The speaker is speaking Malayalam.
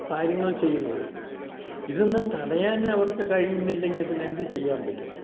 കാര്യങ്ങൾ ചെയ്യുന്നത് ഇതൊന്നും തടയാൻ അവർക്ക് കഴിയുന്നില്ലെങ്കിൽ പിന്നെ എന്ത് ചെയ്യാൻ പറ്റും